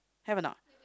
have or not